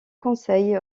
conseil